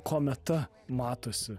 kometa matosi